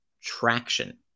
traction